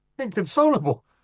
inconsolable